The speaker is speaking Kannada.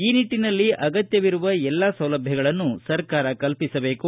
ಈ ನಿಟ್ಟಿನಲ್ಲಿ ಅಗತ್ತವಿರುವ ಎಲ್ಲಾ ಸೌಲಭ್ಯಗಳನ್ನು ಸರ್ಕಾರ ಕಲ್ಪಿಸಬೇಕು